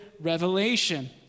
revelation